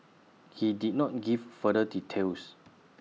he did not give further details